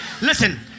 Listen